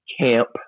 camp